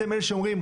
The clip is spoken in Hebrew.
אתם אלה שאומרים,